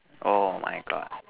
oh my God